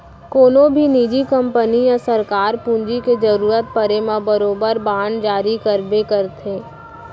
कोनों भी निजी कंपनी या सरकार पूंजी के जरूरत परे म बरोबर बांड जारी करबे करथे